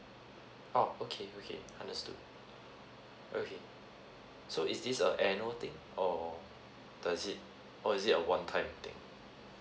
oh okay okay understood okay so is this a annual thing or does it or is it a one time thing